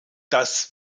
dass